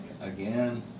again